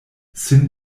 sin